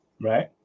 right